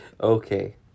Okay